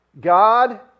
god